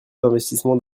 d’investissements